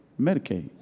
Medicaid